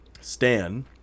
Stan